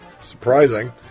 Surprising